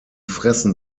fressen